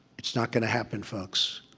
it's not going to happen, folks.